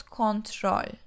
control